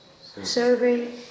serving